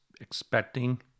expecting